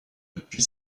depuis